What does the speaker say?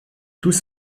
tous